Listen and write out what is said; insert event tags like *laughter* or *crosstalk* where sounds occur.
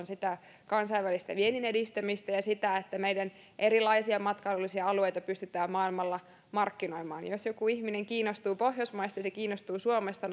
*unintelligible* sitä kansainvälistä viennin edistämistä ja sitä että meidän erilaisia matkailullisia alueita pystytään maailmalla markkinoimaan jos joku ihminen kiinnostuu pohjoismaista se kiinnostuu suomesta *unintelligible*